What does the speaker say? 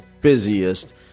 busiest